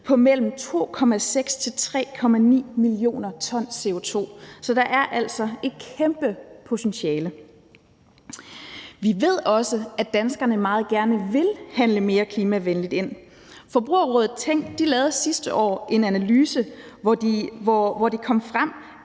på mellem 2,6 til 3,9 mio. t CO2. Så der er altså et kæmpe potentiale. Vi ved også, at danskerne meget gerne vil handle mere klimavenligt ind. Forbrugerrådet Tænk lavede sidste år en analyse, hvor det kom frem,